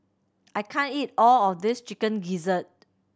I can't eat all of this Chicken Gizzard